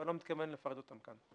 ואני לא מתכוון לפרט אותם כאן.